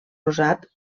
rosat